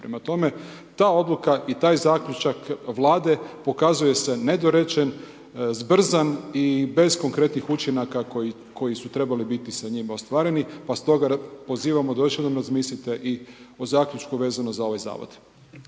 Prema tome ta odluka i taj zaključak vlade pokazuje se nedorečen, zbrzan i bez konkretnih učinaka koji su trebali biti sa njima ostvareni pa stoga pozivamo da još jednom razmislite i o zaključku vezano za ovaj zavod.